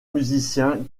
musicien